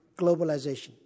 globalization